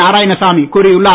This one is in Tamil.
நாராயணசாமி கூறியுள்ளார்